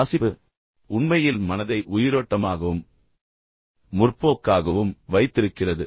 வாசிப்பு உண்மையில் மனதை உயிரோட்டமாகவும் முற்போக்காகவும் வைத்திருக்கிறது